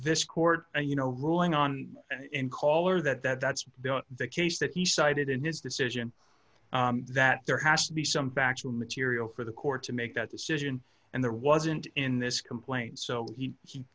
this court you know ruling on in color that that's been the case that he cited in his decision that there has to be some factual material for the court to make that decision and there wasn't in this complaint so he